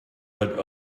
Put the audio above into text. but